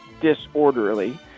disorderly